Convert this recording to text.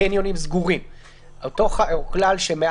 הקניונים היו מחר קונים את המכשיר הזה של ברקוד